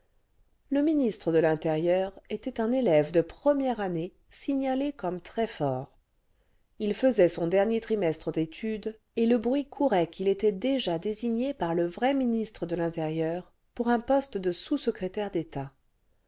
le ministre de l'intérieur était un élève de première année signalé comme très fort il faisait son dernier trimestre d'études et le bruit courait qu'il était déjà désigné par le vrai ministre de l'intérieur pour un poste de sous-secrétaire d'état